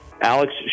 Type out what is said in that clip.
Alex